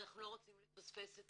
אנחנו לא רוצים לפספס,